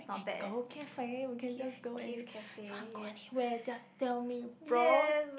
we can go cafe we can just go anywhere you want go anywhere just tell me bro